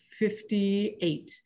58